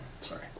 Sorry